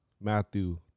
matthew